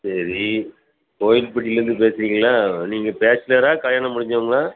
சரி கோயில்பட்டியிலேருந்து பேசுகிறிங்களா நீங்கள் பேச்சுலரா கல்யாணம் முடிஞ்சவங்களா